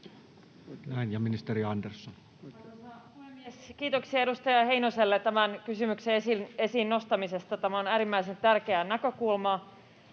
Näin. — Ja ministeri Andersson. Arvoisa puhemies! Kiitoksia edustaja Heinoselle tämän kysymyksen esiin nostamisesta, tämä on äärimmäisen tärkeä näkökulma.